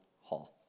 hall